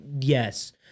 yes